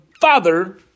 father